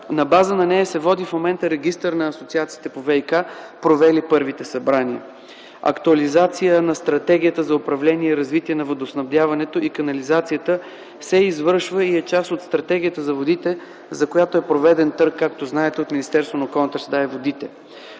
На база на нея в момента се води Регистър на асоциациите по ВиК, провели първите събрания. - актуализация на стратегията за управление и развитие на водоснабдяването и канализацията се извършва и е част от стратегията за водите, за която е проведен търг, както знаете, от Министерството на околната среда и водите.